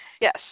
Yes